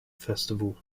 festival